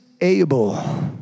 able